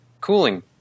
cooling